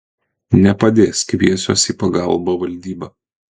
nepadės kviesiuos į pagalbą valdybą